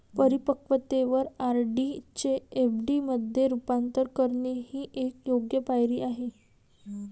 परिपक्वतेवर आर.डी चे एफ.डी मध्ये रूपांतर करणे ही एक योग्य पायरी आहे